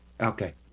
okay